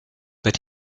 but